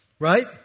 right